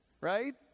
Right